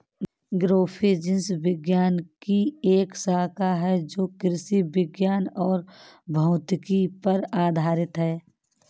agrophysics विज्ञान की एक शाखा है जो कृषि विज्ञान और भौतिकी पर आधारित है